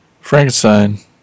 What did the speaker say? Frankenstein